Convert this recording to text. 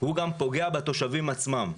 הוא גם פוגע בתושבים עצמם.